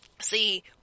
See